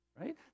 right